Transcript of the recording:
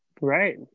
Right